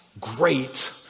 great